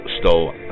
stole